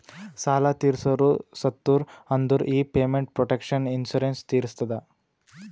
ಸಾಲಾ ತೀರ್ಸೋರು ಸತ್ತುರ್ ಅಂದುರ್ ಈ ಪೇಮೆಂಟ್ ಪ್ರೊಟೆಕ್ಷನ್ ಇನ್ಸೂರೆನ್ಸ್ ತೀರಸ್ತದ